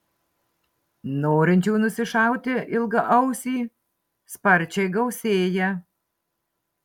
norinčių nusišauti ilgaausį sparčiai gausėja